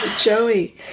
joey